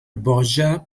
boja